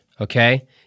okay